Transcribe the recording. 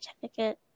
certificate